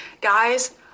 Guys